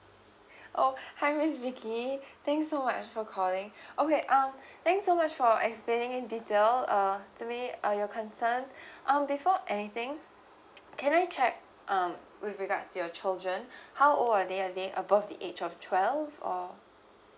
oh hi miss vicky thanks so much for calling okay um thanks so much for explaining in detail uh to me all your concerns um before anything can I check um with regards to your children how old are they are they above the age of twelve or